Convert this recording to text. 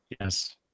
yes